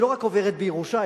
שלא רק עוברת בירושה,